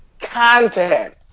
content